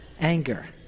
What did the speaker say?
anger